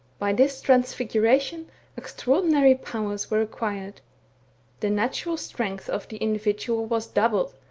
by this transfiguration extraordinary powers were acquired the natural strength of the individual was doubled,